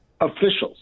officials